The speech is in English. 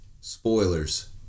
Spoilers